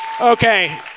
Okay